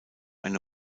eine